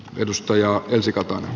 edustaja ensi kertaa